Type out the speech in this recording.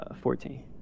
Fourteen